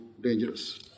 dangerous